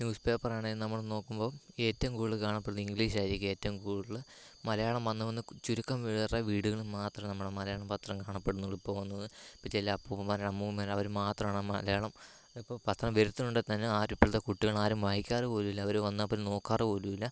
news പേപ്പറാണേ നമ്മൾ നോക്കുമ്പം ഏറ്റവും കൂടുതൽ കാണപ്പെടുന്നത് ഇംഗ്ലീഷായിരിക്കും ഏറ്റവും കൂടുതൽ മലയാളം വന്ന് വന്ന് ചുരുക്കം പേരുടെ വീടുകളിൽ മാത്രമേ നമ്മൾ മലയാളം പത്രം കാണപ്പെടുന്നുള്ളു ഇപ്പം വന്ന് ഇപ്പോൾ ചില അപ്പൂപ്പന്മാരോ അമ്മൂമ്മമാരോ അവർ മാത്രമാണ് മലയാളം ഇപ്പം പത്രം വരുത്തണുണ്ടു തന്നെ ആരും ഇപ്പോഴത്തെ കുട്ടികളാരും വായിക്കാറ് പോലുമില്ല അവർ വന്നാൽ പിന്നെ നോക്കാറ് പോലുമില്ല